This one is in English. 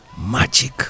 magic